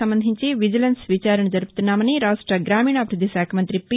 సంబంధించి విజిలెన్స్ విచారణ జరుపుతున్నామని రాష్ట గ్రామీణాభివృద్దిశాఖ మంత్రి పి